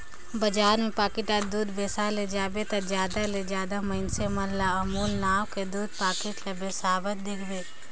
बजार में पाकिटदार दूद बेसाए ले जाबे ता जादा ले जादा मइनसे मन ल अमूल नांव कर दूद पाकिट ल बेसावत देखबे